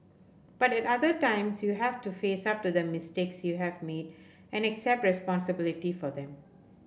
but at other times you have to face up to the mistakes you have made and accept responsibility for them